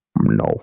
No